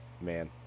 man